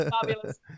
fabulous